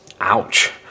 Ouch